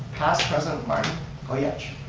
past president party goyetch.